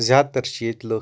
زیادٕ تَر چھِ ییٚتِہ لُکھ